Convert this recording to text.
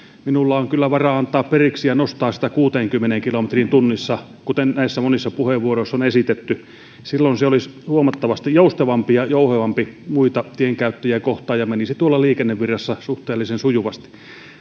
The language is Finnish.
minulla on kyllä varaa antaa periksi ja nostaa sitä kuuteenkymmeneen kilometriin tunnissa mitä näissä monissa puheenvuoroissa on esitetty silloin se olisi huomattavasti joustavampi ja jouhevampi muita tienkäyttäjiä kohtaan ja menisi tuolla liikennevirrassa suhteellisen sujuvasti